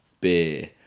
beer